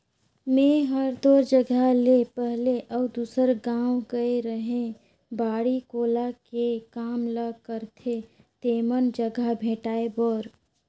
मेंए हर तोर जगह ले पहले अउ दूसर गाँव गेए रेहैं बाड़ी कोला के काम ल करथे तेमन जघा भेंटाय बर